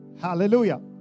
Hallelujah